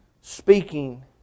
speaking